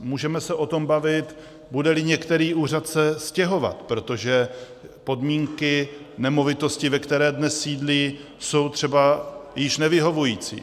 Můžeme se o tom bavit, budeli se některý úřad stěhovat, protože podmínky nemovitosti, ve které dnes sídlí, jsou třeba již nevyhovující.